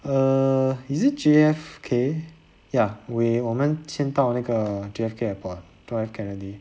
err is it J_F_K ya we 我们先到那个 J_F_K airport john F kennedy